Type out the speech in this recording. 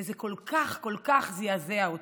וזה כל כך כל כך זעזע אותו.